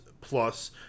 plus